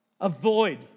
Avoid